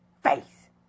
face